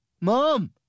Mom